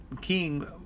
king